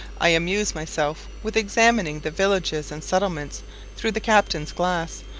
i amuse myself with examining the villages and settlements through the captain's glass,